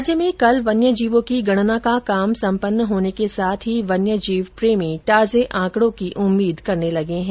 राज्य में कल वन्यजीवों की गणना का काम संपन्न होने के साथ ही वन्य जीव प्रेमी ताजे आंकडों की उम्मीद करने लगे है